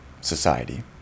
society